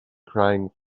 crying